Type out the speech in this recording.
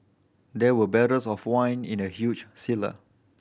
there were barrels of wine in the huge cellar